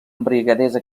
embriaguesa